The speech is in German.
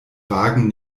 wagen